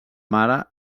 mare